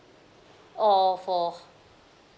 or for